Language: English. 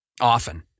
Often